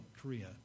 Korea